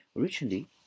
Originally